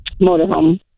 motorhome